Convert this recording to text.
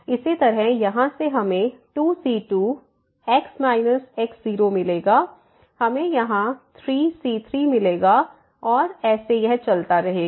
इसी तरह यहाँ से हमें 2c2x x0 मिलेगा पेड़ हमें यहाँ 3c3 मिलेगा और ऐसे यह चलता रहेगा